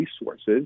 resources